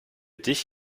dich